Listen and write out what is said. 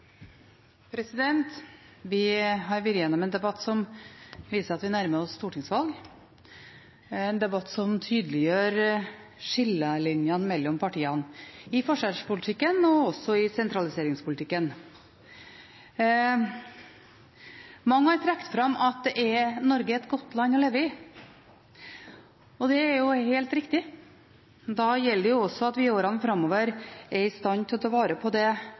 Vi har vært gjennom en debatt som viser at vi nærmer oss et stortingsvalg. Det er en debatt som tydeliggjør skillelinjene mellom partiene – i forskjellspolitikken og i sentraliseringspolitikken. Mange har trukket fram at Norge er et godt land å leve i. Det er jo helt riktig. Da gjelder det også at vi i årene framover er i stand til å ta vare på det